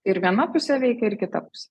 ir viena pusė veikia ir kita pusė